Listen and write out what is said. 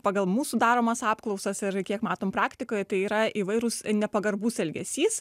pagal mūsų daromas apklausas ir kiek matom praktikoj tai yra įvairūs nepagarbus elgesys